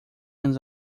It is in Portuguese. anos